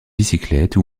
bicyclette